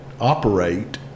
operate